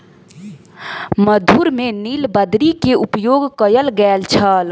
मधुर में नीलबदरी के उपयोग कयल गेल छल